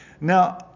Now